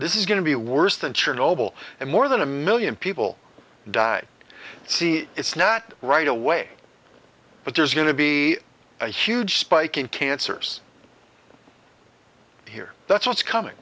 this is going to be worse than chernobyl and more than a million people died it's not right away but there's going to be a huge spike in cancers here that's what's coming